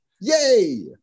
yay